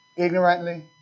Ignorantly